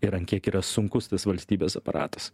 ir ant kiek yra sunkus tas valstybės aparatas